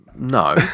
No